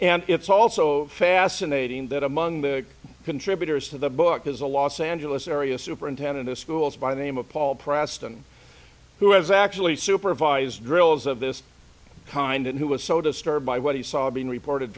and it's also fascinating that among the contributors to the book is a los angeles area superintendent of schools by the name of paul preston who has actually supervised drills of this kind and he was so disturbed by what he saw being reported